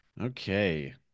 okay